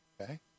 okay